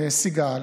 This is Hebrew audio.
לסיגל